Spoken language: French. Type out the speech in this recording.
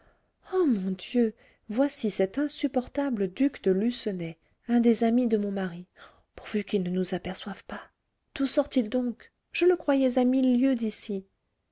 ah mon dieu voici cet insupportable duc de lucenay un des amis de mon mari pourvu qu'il ne nous aperçoive pas d'où sort-il donc je le croyais à mille lieues d'ici